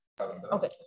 Okay